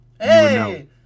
Hey